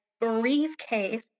briefcase